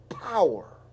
power